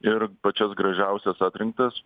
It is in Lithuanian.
ir pačias gražiausias atrinktas